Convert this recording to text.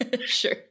Sure